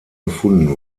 gefunden